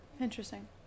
interesting